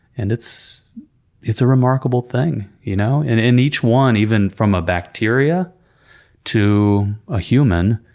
and it's it's a remarkable thing, you know? and and each one, even from a bacteria to a human,